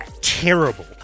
terrible